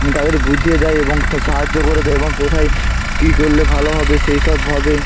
তাদের বুঝিয়ে দেয় এবং সাহায্য করে দেয় এবং কোথায় কী করলে ভালো হবে সেই সব ভাবে